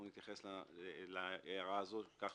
נתייחס להערה הזו כך